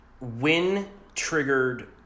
win-triggered